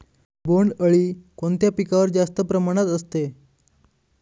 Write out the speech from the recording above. बोंडअळी कोणत्या पिकावर जास्त प्रमाणात असते?